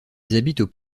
habitent